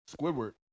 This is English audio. Squidward